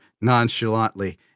nonchalantly